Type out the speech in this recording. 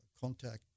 contact